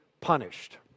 punished